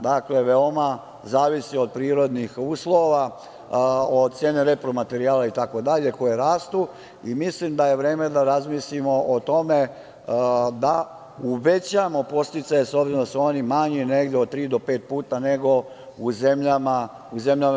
Dakle, veoma zavisi od prirodnih uslova, od cene repromaterijala itd. koje rastu i mislim da je vreme da razmislimo o tome da uvećamo podsticaje obzirom da su oni manji negde od tri do pet puta, nego u zemljama EU.